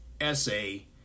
essay